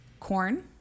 corn